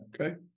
okay